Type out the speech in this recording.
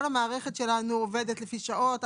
כל המערכת שלנו עובדת לפי שעות.